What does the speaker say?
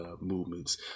movements